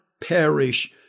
perish